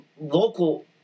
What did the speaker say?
local